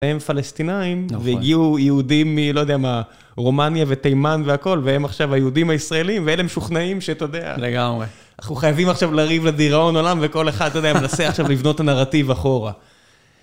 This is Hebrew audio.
הם פלסטינאים והגיעו יהודים מלא יודע מה, רומניה ותימן והכל והם עכשיו היהודים הישראלים ואלה משוכנעים שאתה יודע. לגמרי. אנחנו חייבים עכשיו לריב לדיראון עולם וכל אחד, אתה יודע, מנסה עכשיו לבנות הנרטיב אחורה